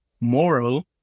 moral